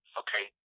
okay